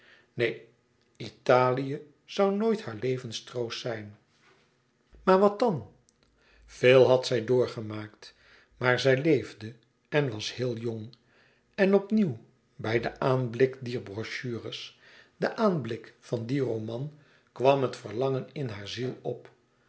neen italië zoû nooit haar levenstroost zijn maar wat dan veel had zij doorgemaakt maar zij leefde en was heel jong en op nieuw bij den aanblik dier brochures den aanblik van dien roman kwam het verlangen in haar ziel op